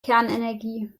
kernenergie